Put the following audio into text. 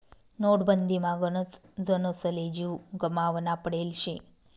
नोटबंदीमा गनच जनसले जीव गमावना पडेल शे